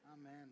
Amen